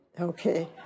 Okay